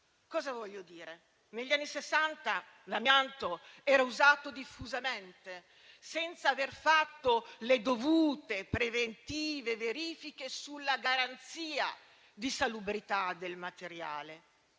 Cosa voglio dire? Negli anni Sessanta l'amianto era usato diffusamente, senza aver fatto le dovute preventive verifiche sulla garanzia di salubrità del materiale.